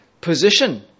position